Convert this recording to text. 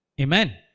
Amen